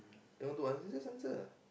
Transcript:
don't do just answer